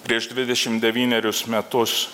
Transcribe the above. prieš dvidešim devynerius metus